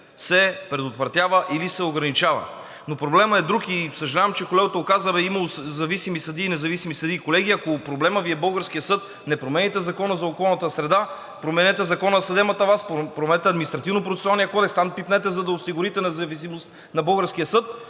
се предотвратява или се ограничава. Но проблемът е друг и съжалявам, че колегата го каза – имало зависими съдии и независими съдии. Колеги, ако проблемът Ви е българският съд, не променяйте Закона за околната среда, променете Закона за съдебната власт, променете Административнопроцесуалния кодекс. Там пипнете, за да осигурите независимост на българския съд,